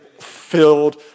filled